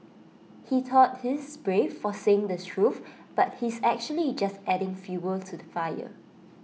he thought he's brave for saying the truth but he's actually just adding fuel to the fire